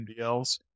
MDLs